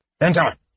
Enter